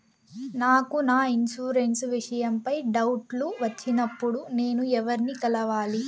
నాకు నా ఇన్సూరెన్సు విషయం పై డౌట్లు వచ్చినప్పుడు నేను ఎవర్ని కలవాలి?